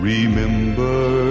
Remember